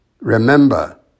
Remember